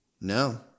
No